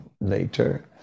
Later